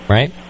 Right